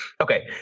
Okay